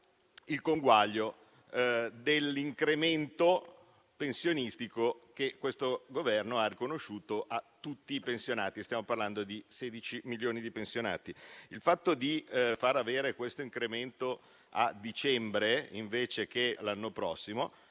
il conguaglio dell'incremento pensionistico che questo Governo ha riconosciuto a tutti i pensionati (ricordo che stiamo parlando di 16 milioni di persone). Il fatto di far avere questo incremento a dicembre, invece che l'anno prossimo,